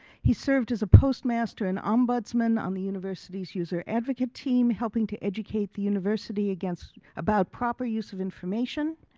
he served as a postmaster and ombudsman on the university's user advocate team helping to educate the university against, about proper use of information,